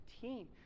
team